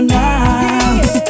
now